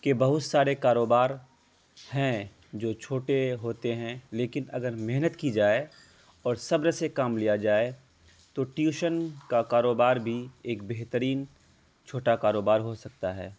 کہ بہت سارے کاروبار ہیں جو چھوٹے ہوتے ہیں لیکن اگر محنت کی جائے اور صبر سے کام لیا جائے تو ٹیوشن کا کاروبار بھی ایک بہترین چھوٹا کاروبار ہو سکتا ہے